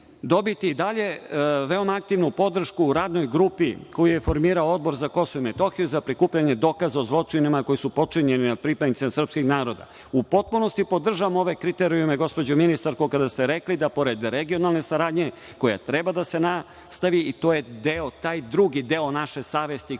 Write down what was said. dobiti i dalje veoma aktivnu podršku Radnoj grupi, koju je formirao Odbor za KiM, za prikupljanje dokaza o zločinima koji su počinjeni nad pripadnicima srpskog naroda.U potpunosti podržavam ove kriterijume, gospođo ministarko, kada ste rekli da pored regionalne saradnje, koja treba da se nastavi i to je taj drugi deo naše savesti